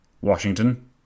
Washington